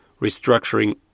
Restructuring